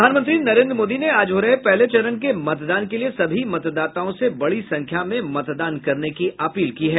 प्रधानमंत्री नरेन्द्र मोदी ने आज हो रहे पहले चरण के मतदान के लिए सभी मतदाताओं से बड़ी संख्या में मतदान करने की अपील की है